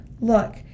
look